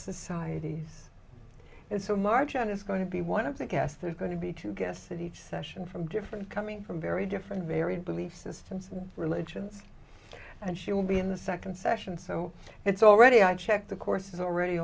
societies it's a margin it's going to be one of the i guess there's going to be two guests at each session from different coming from very different very belief systems and religions and she will be in the second session so it's already i checked the course is already